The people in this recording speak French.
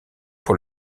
pour